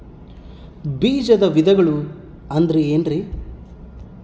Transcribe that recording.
ಬೇಜದ ವಿಧಗಳು ಅಂದ್ರೆ ಏನ್ರಿ?